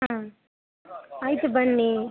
ಹಾಂ ಆಯಿತು ಬನ್ನೀ